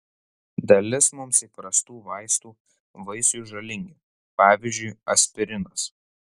dalis mums įprastų vaistų vaisiui žalingi pavyzdžiui aspirinas